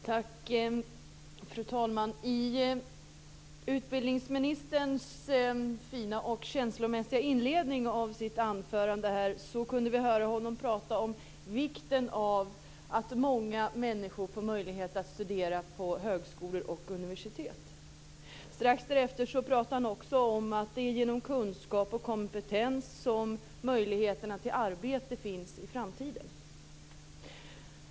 Fru talman! I utbildningsministerns fina och känslomässiga inledning av sitt anförande kunde vi höra honom prata om vikten av att många människor får möjlighet att studera på högskolor och universitet. Strax därefter pratade han också om att det är genom kunskap och kompetens som möjligheterna till arbete finns i framtiden.